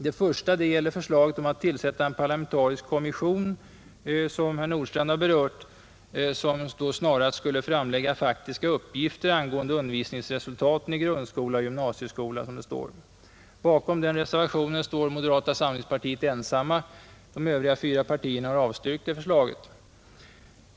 Det första gäller förslaget om att tillsätta en parlamentarisk kommission, vilket herr Nordstrandh berört, för att snarast framlägga faktiska uppgifter angående undervisningsresultaten i grundskola och gymnasieskola, som det heter i reservationen. Bakom den reservationen står representanterna för moderata samlingspartiet ensamma. De övriga fyra partierna har avstyrkt det förslaget.